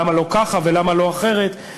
למה לא כך ולמה לא אחרת?